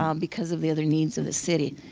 um because of the other needs of the city.